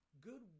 good